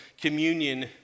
communion